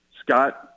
Scott